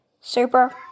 Super